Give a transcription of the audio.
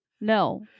No